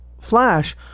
Flash